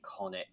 iconic